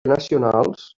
nacionals